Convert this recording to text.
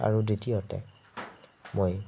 আৰু দ্বিতীয়তে মই